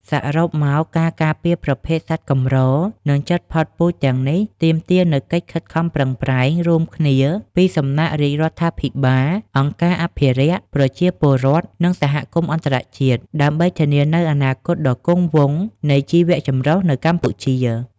សរុបមក ការការពារប្រភេទសត្វកម្រ និងជិតផុតពូជទាំងនេះទាមទារនូវកិច្ចខិតខំប្រឹងប្រែងរួមគ្នាពីសំណាក់រាជរដ្ឋាភិបាល អង្គការអភិរក្ស ប្រជាពលរដ្ឋ និងសហគមន៍អន្តរជាតិ ដើម្បីធានានូវអនាគតដ៏គង់វង្សនៃជីវៈចម្រុះនៅកម្ពុជា។